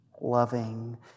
loving